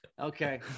okay